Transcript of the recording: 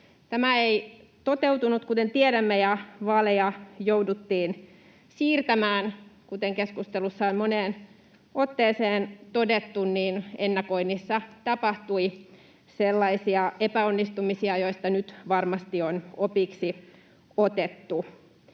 tämä ei toteutunut, kuten tiedämme, ja vaaleja jouduttiin siirtämään. Kuten keskustelussa on moneen otteeseen todettu, ennakoinnissa tapahtui sellaisia epäonnistumisia, joista nyt varmasti on opiksi otettu.